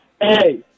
Hey